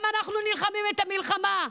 גם אנחנו נלחמים את המלחמה.